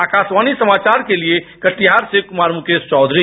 आकाशवाणी समाचार के लिए कटिहार से कुमार मुकेश चौधरी